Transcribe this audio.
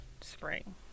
spring